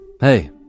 Hey